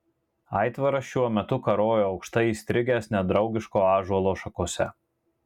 aitvaras šiuo metu karojo aukštai įstrigęs nedraugiško ąžuolo šakose